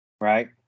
Right